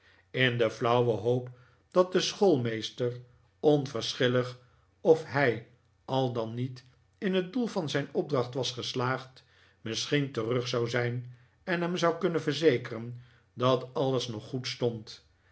in de flauwe hoop dat de schoolmeester onverschillig of hij al dan niet in het doel van zijn opdracht was geslaagd misschien terug zou zijn en hem zou kunnen verzekeren dat alles nog goed stond